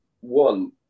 One